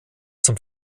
zum